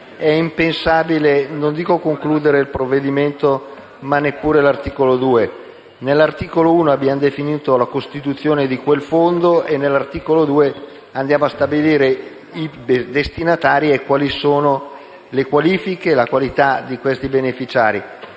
È impensabile concludere il provvedimento e pure semplicemente l'esame dell'articolo 2. Nell'articolo 1 abbiamo definito la costituzione di quel fondo e nell'articolo 2 andiamo a stabilire i destinatari e quali sono le qualifiche e la qualità di questi beneficiari.